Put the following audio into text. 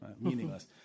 meaningless